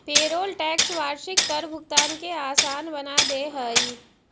payroll tax वार्षिक कर भुगतान के असान बना दे हई